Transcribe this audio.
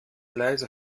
leiser